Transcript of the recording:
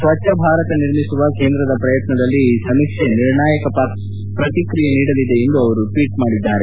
ಸ್ವಚ್ದ ಭಾರತ ನಿರ್ಮಿಸುವ ಕೇಂದ್ರದ ಪ್ರಯತ್ನದಲ್ಲಿ ಈ ಸಮೀಕ್ಷೆ ನಿರ್ಣಾಯಕ ಪ್ರತಿಕ್ರಿಯೆ ನೀಡಲಿದೆ ಎಂದು ಅವರು ಟ್ವೀಟ್ ಮಾಡಿದ್ದಾರೆ